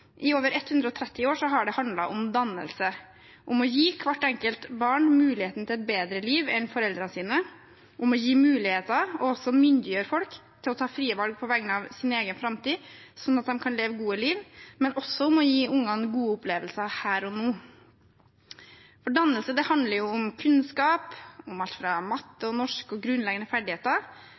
I over 130 år har det handlet om dannelse, om å gi hvert enkelt barn muligheten til et bedre liv enn foreldrene sine, om å gi muligheter og også myndiggjøre folk til å ta frie valg på vegne av sin egen framtid slik at de kan leve gode liv – men også om å gi ungene gode opplevelser her og nå. For dannelse handler om kunnskap om matte og norsk og grunnleggende ferdigheter,